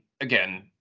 again